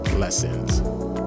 lessons